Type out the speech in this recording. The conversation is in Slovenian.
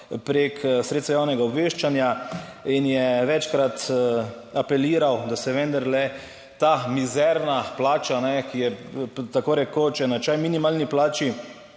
preko sredstev javnega obveščanja, in je večkrat apeliral, da se vendarle ta mizerna plača, ki je tako rekoč enačaj minimalni plači,